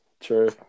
true